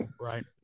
right